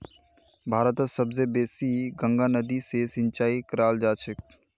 भारतत सब स बेसी गंगा नदी स सिंचाई कराल जाछेक